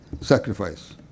sacrifice